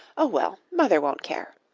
oh, well, mother won't care.